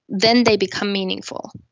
then they become meaningful.